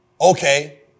Okay